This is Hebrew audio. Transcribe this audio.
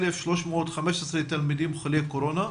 1,315 תלמידים חולי קורונה,